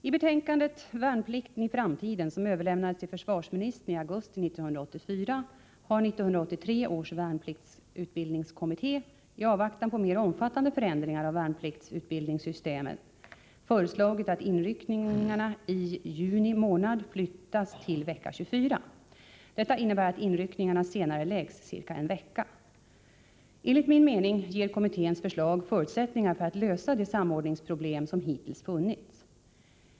I betänkandet Värnplikten i framtiden, som överlämnades till försvarsministern i augusti 1984, har 1983 års värnpliktsutbildningskommitté — i avvaktan på mer omfattande förändringar av värnpliktsutbildningssystemet — föreslagit att inryckningarna i juni månad flyttas till vecka 24. Detta innebär att inryckningarna senareläggs ca en vecka Enligt min mening ger kommitténs förslag förutsättningar för att lösa de samordningsproblem som hittills funnits.